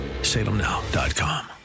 salemnow.com